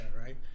right